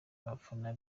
abafana